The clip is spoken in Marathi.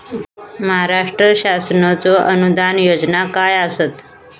महाराष्ट्र शासनाचो अनुदान योजना काय आसत?